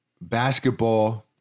basketball